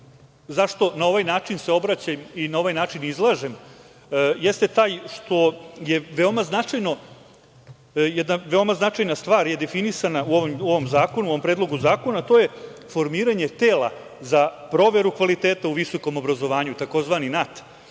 zašto se na ovaj način obraćam i na ovaj način izlažem jeste taj što je veoma značajna stvar definisana u ovom zakonu, u ovom predlogu zakona, a to je formiranje tela za proveru kvaliteta u visokom obrazovanju, tzv. NAT.